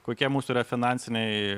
kokia mūsų yra finansiniai